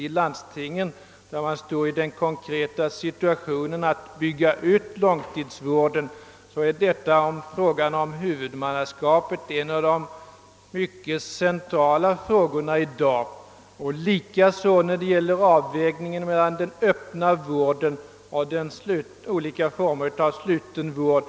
I landstingen där man befinner sig i den konkreta situationen att behöva bygga ut långtidsvården är nämligen frågan om huvudmannaskapet en mycket central fråga i dag. En högst aktuell och mycket central fråga är också avvägningen mellan den öppna vården och olika former av sluten vård.